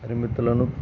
పరిమితులను